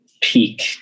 peak